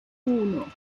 uno